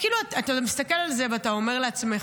אתה מסתכל על זה, ואתה אומר לעצמך: